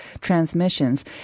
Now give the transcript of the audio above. transmissions